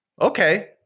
okay